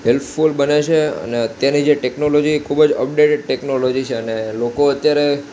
helpful બને છે અને અત્યારની જે ટેકનોલોજી ખૂબ જ અપડેટેડ ટેકનોલોજી છે અને લોકો અત્યારે